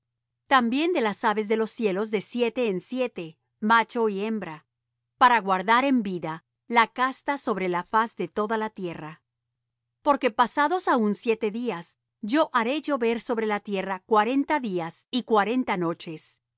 también de las aves de los cielos de siete en siete macho y hembra para guardar en vida la casta sobre la faz de toda la tierra porque pasados aún siete días yo haré llover sobre la tierra cuarenta días y cuarenta noches